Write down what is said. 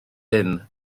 hyn